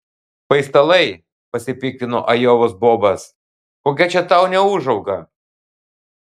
paistalai pasipiktino ajovos bobas kokia čia tau neūžauga